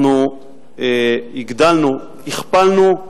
אנחנו הכפלנו,